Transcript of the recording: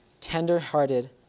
tender-hearted